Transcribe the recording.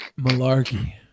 Malarkey